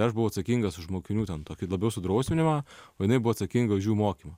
aš buvau atsakingas už mokinių ten tokį labiau sudrausminimą o jinai buvo atsakinga už jų mokymą